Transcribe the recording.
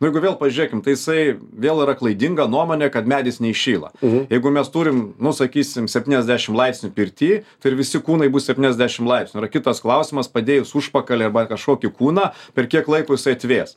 nu ir jeigu vėl pažiūrėkim tai jisai vėl yra klaidinga nuomonė kad medis neįšyla jeigu mes turim nu sakysim septyniasdešim laipsnių pirty tai ir visi kūnai bus septyniasdešim laipsnių yra kitas klausimas padėjus užpakalį arba kažkokį kūną per kiek laiko jisai atvės